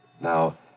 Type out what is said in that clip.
Now